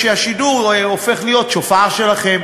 שהשידור הופך להיות שופר שלכם.